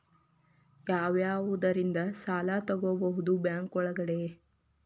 ಯಾವ್ಯಾವುದರಿಂದ ಸಾಲ ತಗೋಬಹುದು ಬ್ಯಾಂಕ್ ಒಳಗಡೆ?